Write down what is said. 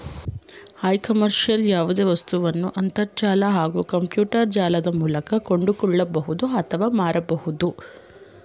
E ಕಾಮರ್ಸ್ಲಿ ಯಾವ್ದೆ ವಸ್ತುನ ಅಂತರ್ಜಾಲ ಹಾಗೂ ಕಂಪ್ಯೂಟರ್ಜಾಲದ ಮೂಲ್ಕ ಕೊಂಡ್ಕೊಳ್ಬೋದು ಅತ್ವ ಮಾರ್ಬೋದು